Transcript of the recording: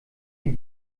die